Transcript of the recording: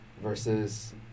versus